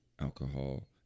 alcohol